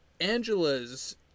Angela's